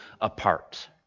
apart